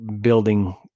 building